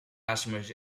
customers